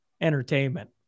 entertainment